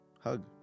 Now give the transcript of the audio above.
hug